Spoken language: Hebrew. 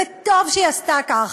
וטוב שהיא עשתה כך,